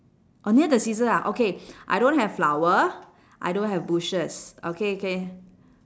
orh near the scissor ah okay I don't have flower I don't have bushes okay okay